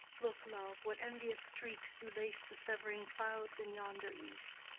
look, love, what envious streaks do lace the severing clouds in yonder east.